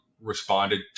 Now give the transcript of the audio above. responded